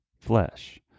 flesh